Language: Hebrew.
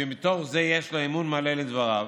שמתוך זה יש לו אמון מלא לדבריו,